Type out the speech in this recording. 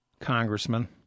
congressman